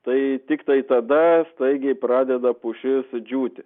tai tiktai tada staigiai pradeda pušis džiūti